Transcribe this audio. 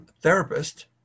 therapist